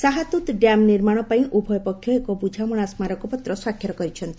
Shahtoot dam ନିର୍ମାଣ ପାଇଁ ଉଭୟ ପକ୍ଷ ଏକ ବୁଝାମଣା ସ୍କାରକପତ୍ର ସ୍ପାକ୍ଷର କରିଛନ୍ତି